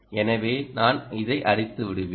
எனவே நான் இதை அடித்து விடுவேன்